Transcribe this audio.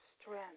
strength